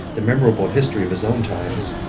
the memorable history of his own times,